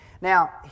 Now